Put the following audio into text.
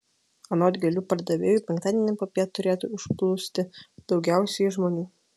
anot gėlių pardavėjų penktadienį popiet turėtų užplūsti daugiausiai žmonių